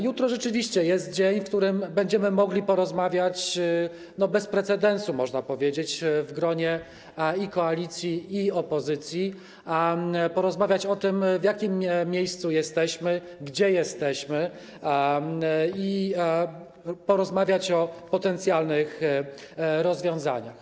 Jutro rzeczywiście jest dzień, w którym będziemy mogli porozmawiać bez precedensu, można powiedzieć, w gronie i koalicji, i opozycji, o tym, w jakim miejscu jesteśmy, gdzie jesteśmy, porozmawiać o potencjalnych rozwiązaniach.